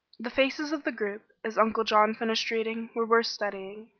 the faces of the group, as uncle john finished reading, were worth studying.